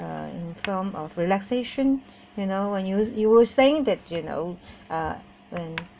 uh in form of relaxation you know when you you're saying that you know uh when